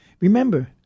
Remember